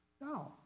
No